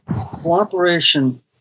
cooperation